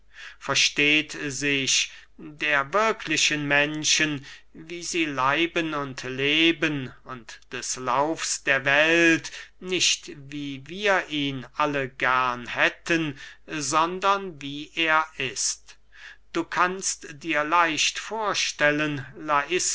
versteht sich der wirklichen menschen wie sie leiben und leben und des laufs der welt nicht wie wir ihn alle gern hätten sondern wie er ist du kannst dir leicht vorstellen laiska